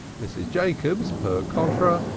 mrs. jacobs, per contra,